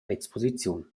l’exposiziun